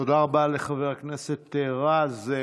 תודה רבה לחבר הכנסת רז.